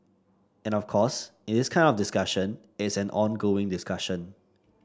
and of course in this kind of discussion it's an ongoing discussion